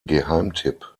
geheimtipp